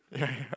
ya ya